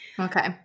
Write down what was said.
Okay